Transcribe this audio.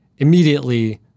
immediately